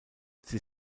sie